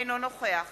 אינו נוכח